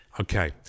okay